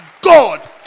God